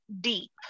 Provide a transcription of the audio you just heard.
deep